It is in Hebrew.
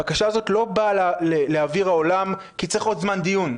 הבקשה הזאת לא באה לאוויר העולם כי צריך עוד זמן דיון.